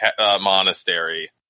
monastery